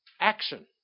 action